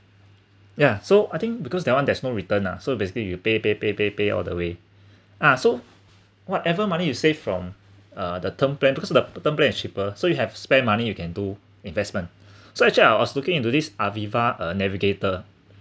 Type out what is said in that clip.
ya so I think because that one there's no return lah so basically you pay pay pay pay pay all the way ah so whatever money you save from uh the term plan because that term plan is cheaper so you have spare money you can do investment so actually I was looking into this AVIVA uh navigator